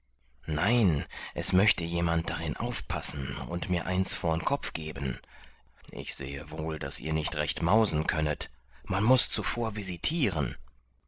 nein es möchte jemand darin aufpassen und mir eins vorn kopf geben ich sehe wohl daß ihr nicht recht mausen könnet man muß zuvor visitieren